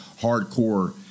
hardcore